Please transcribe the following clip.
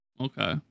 Okay